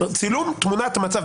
צילום תמונת מצב.